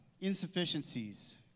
insufficiencies